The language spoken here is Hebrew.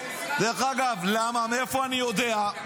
מאיפה אני יודע?